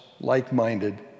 like-minded